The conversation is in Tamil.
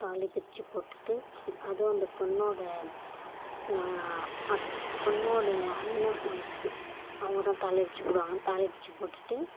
தாலி பிரித்து போட்டுட்டு அதுவும் அந்த பொண்ணோடய நான் பொண்ணோடய அண்ணன் வைஃபு அவங்க தான் தாலி பிரித்து போடுவாங்க தாலி பிரித்து போட்டுட்டு